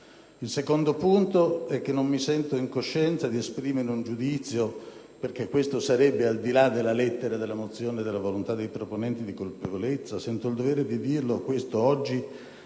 Il secondo punto è che non mi sento in coscienza di esprimere un giudizio, perché questo sarebbe - al di là della lettera della mozione e della volontà dei proponenti - di colpevolezza. Sento oggi di dire questo,